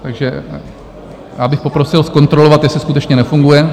Takže já bych poprosil zkontrolovat, jestli skutečně nefunguje.